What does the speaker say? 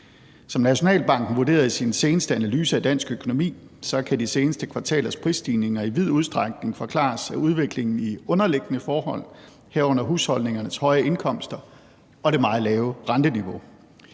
Som Nationalbanken vurderede i sin seneste analyse af dansk økonomi, kan de seneste kvartalers prisstigninger i vid udstrækning forklares af udviklingen i underliggende forhold, herunder husholdningernes høje indkomster og det meget lave renteniveau.